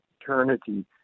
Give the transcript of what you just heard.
eternity